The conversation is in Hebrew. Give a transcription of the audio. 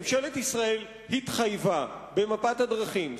ממשלת ישראל התחייבה במפת הדרכים,